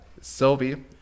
Sylvie